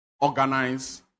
organize